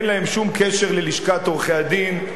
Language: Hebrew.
אין להם שום קשר ללשכת עורכי-הדין,